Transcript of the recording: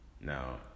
Now